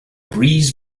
breeze